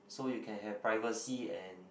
so you can have privacy and